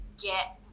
get